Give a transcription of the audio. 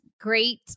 Great